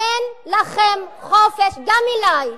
אין לכם חופש, גם אלי.